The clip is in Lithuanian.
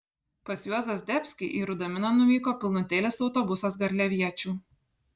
pas juozą zdebskį į rudaminą nuvyko pilnutėlis autobusas garliaviečių